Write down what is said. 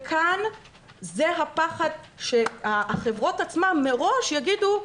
זה הפחד שהחברות עצמן מראש יאמרו,